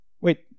Wait